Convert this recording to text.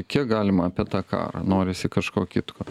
kiek galima apie tą karą norisi kažko kitko